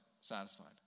satisfied